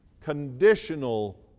conditional